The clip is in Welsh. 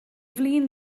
flin